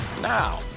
now